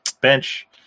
bench